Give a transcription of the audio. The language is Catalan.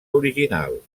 original